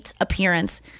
appearance